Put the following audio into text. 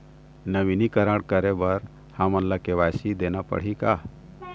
नवीनीकरण करे बर हमन ला के.वाई.सी देना पड़ही का?